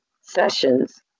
sessions